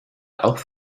auch